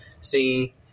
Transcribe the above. see